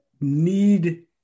need